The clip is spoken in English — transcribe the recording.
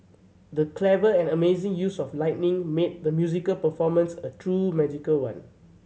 the clever and amazing use of lighting made the musical performance a true magical one